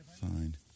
Fine